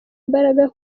imbaraga